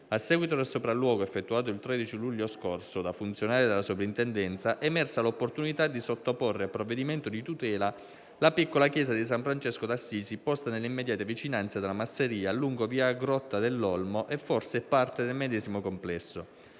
A seguito del sopralluogo, effettuato il 13 luglio scorso da funzionari della Soprintendenza, è emersa l'opportunità di sottoporre a provvedimento di tutela la piccola chiesa di San Francesco d'Assisi, posta nelle immediate vicinanze della masseria, lungo via Grotta dell'Olmo, e forse parte del medesimo complesso.